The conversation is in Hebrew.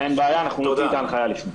אין בעיה, אנחנו נוציא את ההנחיה לפני.